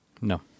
No